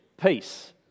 Peace